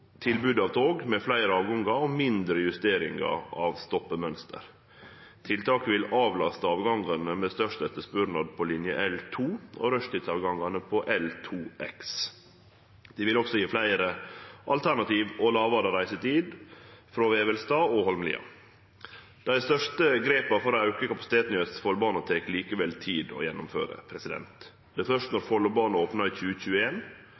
med fleire avgangar og mindre justeringar av stoppemønsteret. Tiltaket vil avlaste avgangane med størst etterspurnad på linje L2 og rushtidsavgangane på L2X. Det vil også gje fleire alternativ og kortare reisetid frå Vevelstad og Holmlia. Dei største grepa for å auke kapasiteten på Østfoldbanen tek likevel tid å gjennomføre. Det er først når Follobanen opnar i